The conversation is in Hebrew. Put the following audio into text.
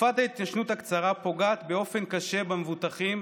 תקופת ההתיישנות הקצרה פוגעת באופן קשה במבוטחים,